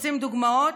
רוצים דוגמאות?